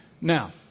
Now